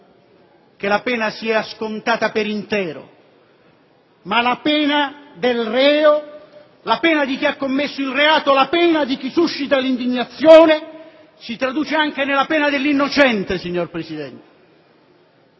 che la pena sia scontata per intero. Ma la pena del reo, la pena di chi ha commesso il reato, la pena di chi suscita l'indignazione si traduce anche nella pena dell'innocente, signor Presidente.